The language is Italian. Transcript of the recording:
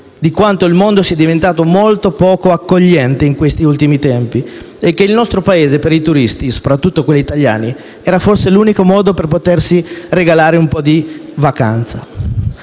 di quanto il mondo sia diventato molto poco accogliente in questi ultimi tempi e che il nostro Paese per i turisti, soprattutto quelli italiani, era forse l'unico modo per potersi regalare un po' di vacanza.